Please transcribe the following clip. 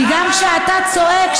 כי גם כשאתה צועק,